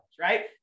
right